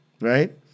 Right